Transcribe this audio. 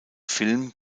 film